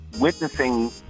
Witnessing